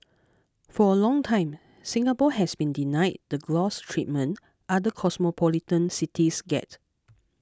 for a long time Singapore has been denied the gloss treatment other cosmopolitan cities get